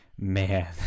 man